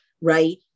right